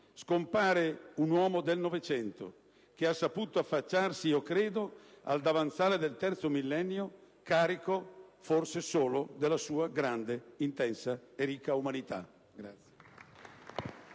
scompare un uomo del Novecento che ha saputo affacciarsi al davanzale del terzo millennio carico forse solo della sua grande, intensa e ricca umanità.